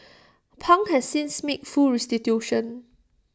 pang has since made full restitution